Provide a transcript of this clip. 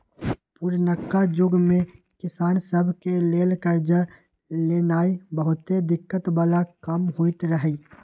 पुरनका जुग में किसान सभ के लेल करजा लेनाइ बहुते दिक्कत् बला काम होइत रहै